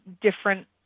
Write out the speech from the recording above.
different